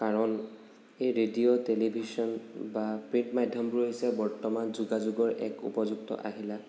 কাৰণ এই radio television বা প্ৰিণ্ট মাধ্য়মবোৰ হৈছে বৰ্তমান যোগাযোগৰ এক উপযুক্ত আহিলা